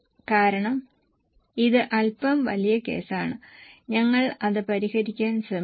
കാരണം ഇത് അൽപ്പം വലിയ കേസാണ് ഞങ്ങൾ അത് പരിഹരിക്കാൻ ശ്രമിക്കും